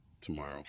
tomorrow